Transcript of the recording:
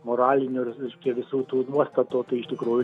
moralinių ir reiškia visų tų nuostatų tai iš tikrųjų